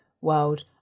world